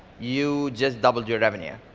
you just double your revenue.